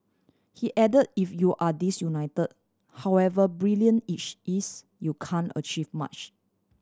he add if you're disunited however brilliant each is you can achieve much